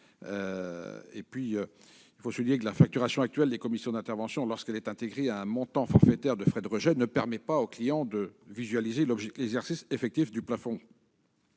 frais. Il faut aussi souligner que la facturation actuelle des commissions d'intervention, lorsqu'elle est intégrée à un montant forfaitaire de frais de rejet, ne permet pas aux clients de visualiser le respect effectif du plafond.